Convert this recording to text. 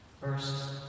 First